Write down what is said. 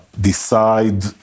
decide